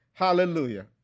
Hallelujah